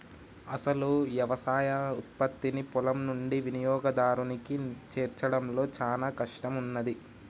అసలు యవసాయ ఉత్పత్తిని పొలం నుండి వినియోగదారునికి చేర్చడంలో చానా కష్టం ఉన్నాది